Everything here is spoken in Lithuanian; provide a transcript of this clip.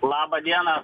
laba diena